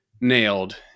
nailed